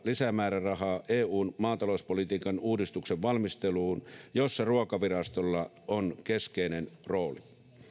lisämäärärahaa eun maatalouspolitiikan uudistuksen valmisteluun jossa ruokavirastolla on keskeinen rooli